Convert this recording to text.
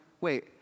wait